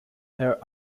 her